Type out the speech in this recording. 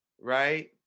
Right